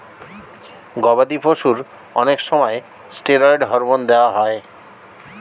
গবাদি পশুর অনেক সময় স্টেরয়েড হরমোন দেওয়া হয়